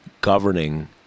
governing